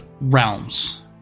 realms